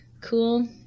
cool